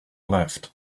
left